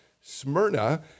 Smyrna